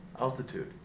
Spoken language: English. altitude